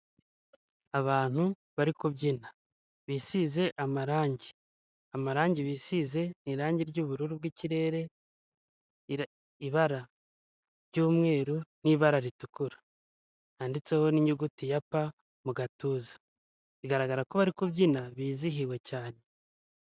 Abantu bari kubyina. Bisize amarangi. Amarangi bisize ni irangi ry'ubururu bw'ikirere, ira, ibara ry'umweru, n'ibara ritukura. Banditseho n'inyuguti ya P mu gatuza. Biragaragara ko bari kubyina, bizihiwe cyane.